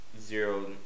zero